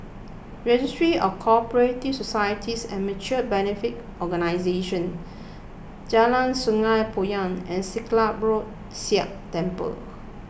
Registry of Co Operative Societies and Mutual Benefit Organisations Jalan Sungei Poyan and Silat Road Sikh Temple